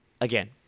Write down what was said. again